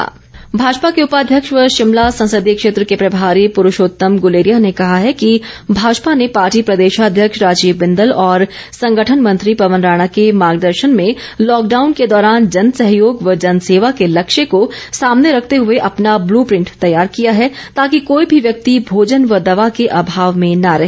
BJP Bhajpa के उपाध्यक्ष व शिमला संसदीय क्षेत्र के प्रभारी पुरूषोतम गुलेरिया ने कहा है कि भाजपा ने पार्टी प्रदेशाध्यक्ष राजीव बिंदल और संगठन मंत्री पवन राणा के मार्गेदर्शन में लॉकडाउन के दौरान जन सहयोग व जन सेवा के लक्ष्य को सामने रखते हुए अपना ब्लूप्रिंट तैयार किया है ताकि कोई भी व्यक्ति भोजन व दवा के अभाव में न रहे